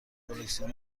کلکسیون